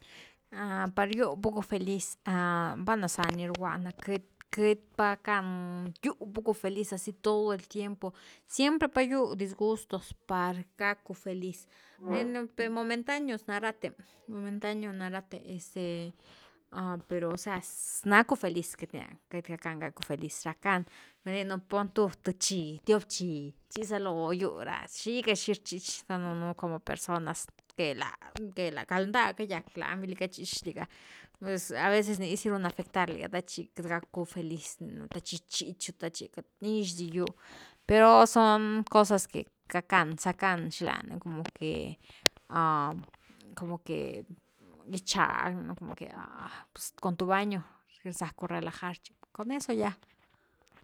Pag giu packu feliz, vel na za ni rguani náh, queity-queity pa gackan giu packu feliz asi todo el tiempo, siempre pa’ giu disgustos, par gacku feliz velna, per momentáneos na rathe-momentanes na rathe, este per osea, nacku feliz queity nia dia queity gackan gacku feliz. rackan val gininu pon tu, th chí, tiop chí chi zalo giu ra xiga xi rchich danunu como personas, que la, que la galnda cayack lani vali cachich liga pues a veces nizy run afectar liga te chi queity gacku feliz rninu te chi gichichu te chi queity nix di giu pero son cosas que gackan, sackan xilani como que-como que gichag nu, como que con tu baño sacku relajar chi, con eso ya.